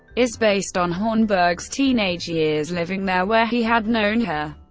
is based on hornburg's teenage years living there, where he had known her.